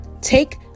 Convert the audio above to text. take